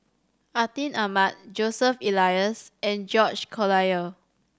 Atin Amat Joseph Elias and George Collyer